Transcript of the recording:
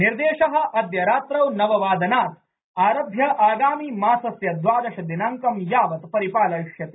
निर्देश अद्य रात्रौ नववादनात् आरभ्य आगामि मासस्य द्वादश दिनांकं यावत् परिपालयिष्यते